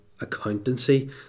accountancy